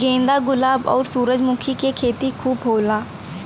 गेंदा गुलाब आउर सूरजमुखी के खेती खूब होला